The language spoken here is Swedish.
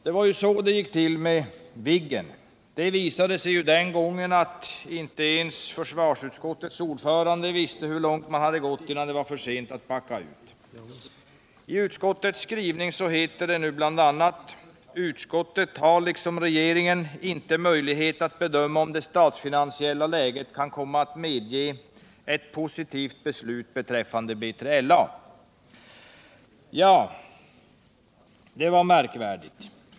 Det var så det gick till med Viggen. Det visade sig ju att inte ens försvarsutskottets ordförande visste hur långt man hade gått innan det var för sent att backa ut. ”Utskottet har liksom regeringen inte möjlighet att bedöma om det statsfinansiella läget kan komma att medge ett positivt beslut beträffande B3LA.” Ja, det var märkvärdigt.